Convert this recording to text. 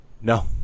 No